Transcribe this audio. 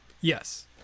yes